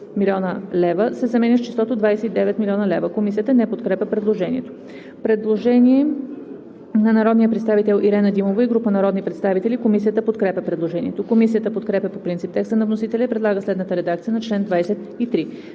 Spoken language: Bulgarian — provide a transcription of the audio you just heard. хил. лв.“ се заменя с числото „29 000 хил. лв.“.“ Комисията не подкрепя предложението. Предложение на народния представител Ирена Димова и група народни представители. Комисията подкрепя предложението. Комисията подкрепя по принцип текста на вносителя и предлага следната редакция на чл. 23: